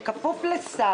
הוא עצמו מוכן לבוא לעבוד?